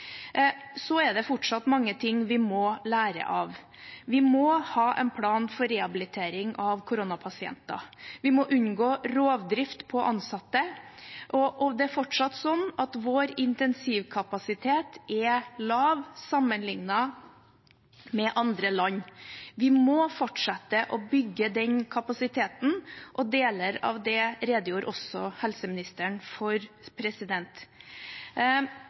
Så er det fortsatt mange ting vi må lære av. Vi må ha en plan for rehabilitering av koronapasienter. Vi må unngå rovdrift på ansatte. Og det er fortsatt sånn at vår intensivkapasitet er lav sammenlignet med andre land. Vi må fortsette å bygge den kapasiteten, deler av det redegjorde også helseministeren for.